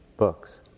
books